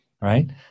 right